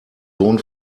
sohn